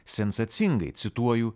sensacingai cituoju